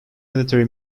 military